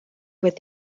with